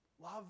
Love